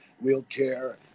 wheelchair